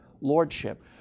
lordship